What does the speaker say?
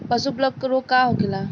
पशु प्लग रोग का होखेला?